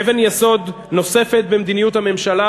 אבן יסוד נוספת במדיניות הממשלה